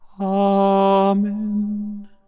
Amen